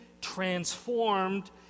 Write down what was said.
transformed